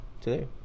today